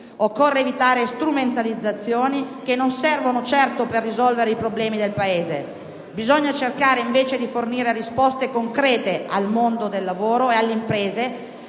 Occorre evitare strumentalizzazioni, che non servono certo per risolvere i problemi del Paese. Bisogna cercare invece di fornire risposte concrete al mondo del lavoro e alle imprese,